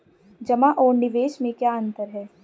जमा और निवेश में क्या अंतर है?